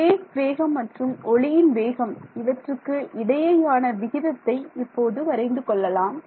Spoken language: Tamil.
ஃபேஸ் வேகம் மற்றும் ஒளியின் வேகம் இவற்றுக்கு இடையேயான விகிதத்தை இப்போது வரைந்து கொள்ளலாம்